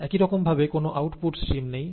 একই রকমভাবে কোন আউটপুট স্ট্রিম নেই